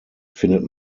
findet